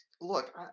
look